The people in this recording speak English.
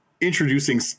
introducing